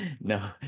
no